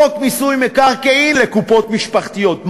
חוק מיסוי מקרקעין, לקופות משפחתיות?